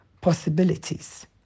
possibilities